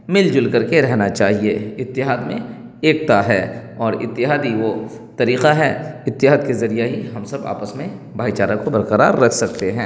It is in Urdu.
مل جل کر کے رہنا چاہیے اتحاد میں ایکتا ہے اور اتحاد ہی وہ طریقہ ہے اتحاد کے ذریعہ ہی ہم سب آپس میں بھائی چارہ کو برقرار رکھ سکتے ہیں